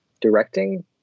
directing